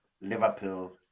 Liverpool